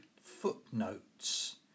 footnotes